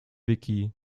wiki